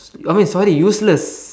oh mean sorry useless